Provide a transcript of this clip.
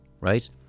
right